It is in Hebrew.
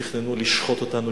תכננו לשחוט אותנו,